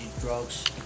drugs